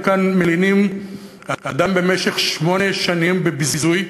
וכאן מלינים אדם במשך שמונה שנים בביזוי.